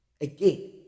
Again